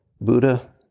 Buddha